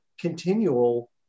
continual